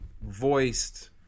voiced